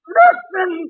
listen